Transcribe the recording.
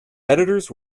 editors